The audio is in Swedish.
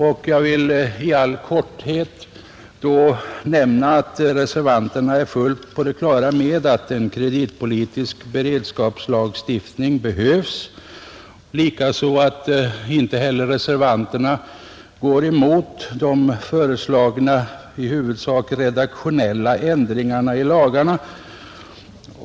Då vill jag i all korthet nämna att reservanterna är helt på det klara med att en kreditpolitisk beredskapslagstiftning behövs, och de går inte emot de föreslagna, huvudsakligen redaktionella ändringarna av lagarna.